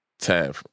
time